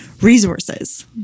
resources